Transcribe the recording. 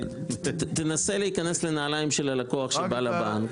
תנסה להיכנס לנעליים של הלקוח שבא לבנק.